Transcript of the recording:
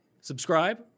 subscribe